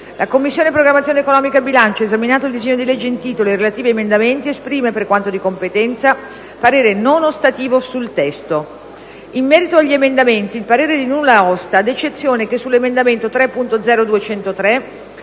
«La Commissione programmazione economica, bilancio, esaminato il disegno di legge in titolo ed i relativi emendamenti, esprime, per quanto di competenza, parere non ostativo sul testo. In merito agli emendamenti, il parere è di nulla osta ad eccezione che sull'emendamento 3.0.203